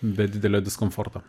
be didelio diskomforto